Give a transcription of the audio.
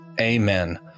Amen